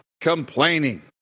complaining